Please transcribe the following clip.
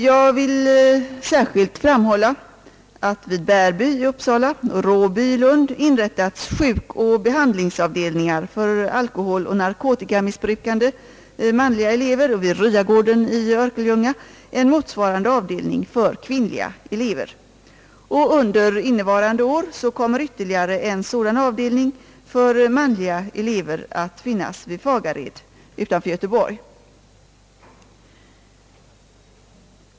Jag vill särskilt framhålla att vid Bärby i Uppsala och Råby i Lund inrättats sjukoch behandlingsavdelningar för alkoholoch narkotikamissbrukande manliga elever och vid Ryagården i Örkelljunga en motsvarande avdelning för kvinnliga elever. Under innevarande år kommer ytterligare en sådan avdelning för manliga elever att finnas vid Fagared utanför Göteborg.